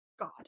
God